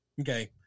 okay